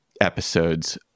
episodes